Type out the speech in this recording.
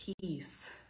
peace